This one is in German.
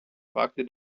fragte